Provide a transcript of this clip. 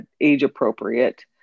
age-appropriate